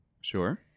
Sure